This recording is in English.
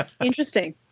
Interesting